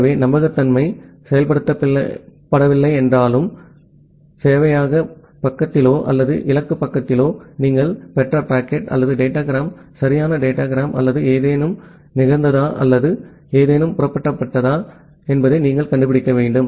எனவே நம்பகத்தன்மை செயல்படுத்தப்படவில்லை என்றாலும் சேவையக பக்கத்திலோ அல்லது இலக்கு பக்கத்திலோ நீங்கள் பெற்ற பாக்கெட் அல்லது டேட்டாகிராம் சரியான டேட்டாகிராம் அல்லது ஏதேனும் நிகழ்ந்ததா அல்லது ஏதேனும் புரட்டப்பட்டதா என்பதை நீங்கள் கண்டுபிடிக்க வேண்டும்